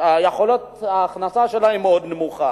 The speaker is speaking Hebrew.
שיכולת ההכנסה שלהם מאוד נמוכה.